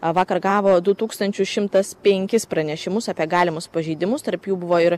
vakar gavo du tūkstančius šimtas penkis pranešimus apie galimus pažeidimus tarp jų buvo ir